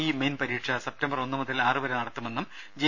E main പരീക്ഷ September ഒന്നു മുതൽ ആറു വരെ നടത്തുമെന്നും ജെ